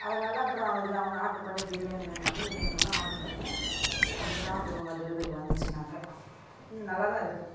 அதனால அப்புறம் இல்லை அவங்க ஆர்டரு பண்ணி பிரியாணி வேணுன்னாலும் எது வேணுன்னாலும் ஆர்டரு பண்ணி அவங்க சாப்பிடுவாங்க டெலிவரி வந்துச்சின்னாக்க நல்லாதான் இருக்குது